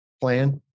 plan